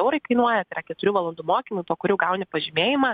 eurai kainuoja keturių valandų mokymai po kurių gauni pažymėjimą